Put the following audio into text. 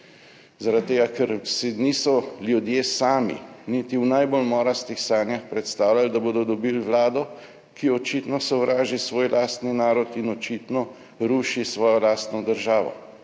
Zaradi tega, ker si niso ljudje sami niti v najbolj morastih sanjah predstavljali, da bodo dobili Vlado, ki očitno sovraži svoj lastni narod in očitno ruši svojo lastno državo,